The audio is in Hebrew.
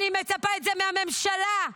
אני מצפה לזה מהממשלה.